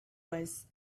was